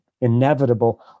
inevitable